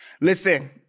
Listen